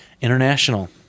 international